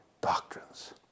doctrines